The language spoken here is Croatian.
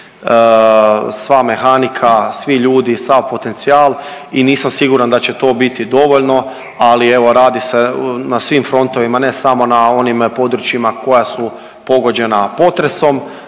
sva mehanika, svi ljudi, sav potencijal i nisam sigurna da će to biti dovoljno. Ali evo radi se na svim frontovima ne samo na onim područjima koja su pogođena potresom.